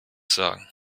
sagen